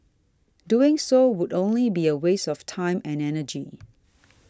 doing so would only be a waste of time and energy